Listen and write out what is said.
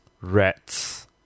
Rats